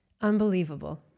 Unbelievable